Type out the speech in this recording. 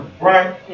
Right